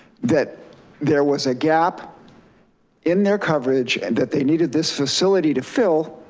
that there was a gap in their coverage and that they needed this facility to fill.